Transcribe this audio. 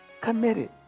committed